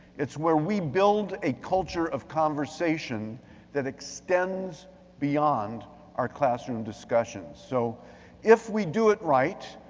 it's where we build a culture of conversation that extends beyond our classroom discussion. so if we do it right,